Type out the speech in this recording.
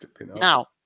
Now